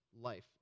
life